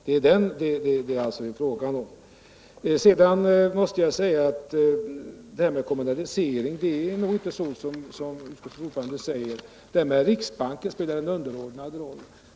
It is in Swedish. Beträffande frågan om kommunalisering av låneärenden är det nog inte såsom utskottets ordförande säger att riksbanken spelar en avgörande roll.